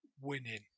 winning